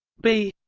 b?